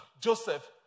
Joseph